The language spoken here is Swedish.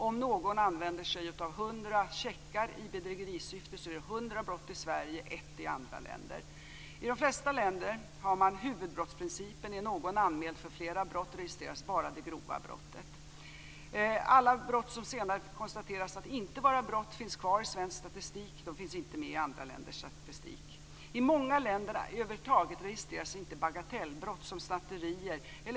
Om någon använder sig av 100 checkar i bedrägerisyfte är det 100 brott i Sverige, medan det är 1 brott i andra länder. I de flesta länder tillämpas huvudbrottsprincipen. Om någon är anmäld för flera brott registreras bara det grova brottet. Alla brott som senare konstateras inte vara brott finns kvar i svensk statistik, medan de inte finns med i andra länders statistik. I många länder registreras över huvud taget inte bagatellbrott som snatterier.